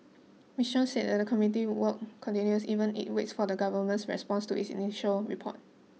Miss Chan said the committee's work continues even as it waits for the Government's response to its initial report